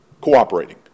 cooperating